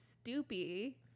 stoopy